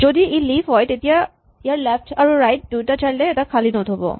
যদি ই লিফ হয় তেতিয়া ইয়াৰ লেফ্ট আৰু ৰাইট দুয়োটা চাইল্ড এই খালী নড হ'ব